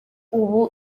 ubu